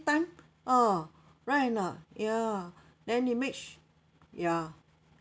times ah right or not ya then they make su~ ya